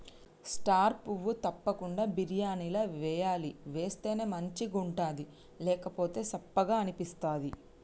star పువ్వు తప్పకుండ బిర్యానీల వేయాలి వేస్తేనే మంచిగుంటది లేకపోతె సప్పగ అనిపిస్తది